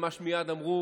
מה שמייד אמרו,